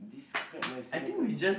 describe my Singapore